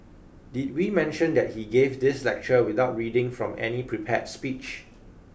did we mention that he gave this lecture without reading from any prepared speech